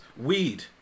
weed